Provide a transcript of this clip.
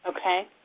Okay